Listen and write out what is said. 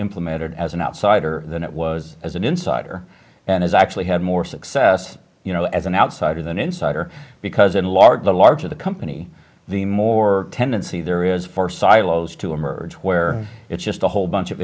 implemented as an outsider than it was as an insider and has actually had more success you know as an outsider than insider because in large the larger the company the more tendency there is for silos to emerge where it's just a whole bunch of